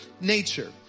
nature